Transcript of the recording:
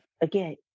again